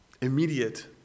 immediate